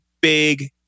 big